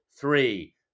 three